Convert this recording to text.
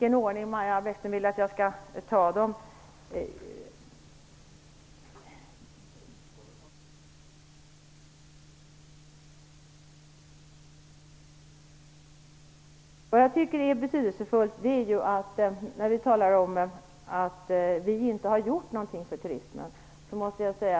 En fråga som jag vill ta upp är talet om att vi inte skulle ha gjort någonting för turismen.